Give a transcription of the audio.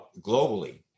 globally